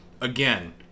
Again